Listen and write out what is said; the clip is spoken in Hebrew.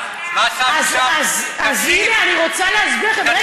מה שאת, אז הנה, אני רוצה להסביר לכם, רגע.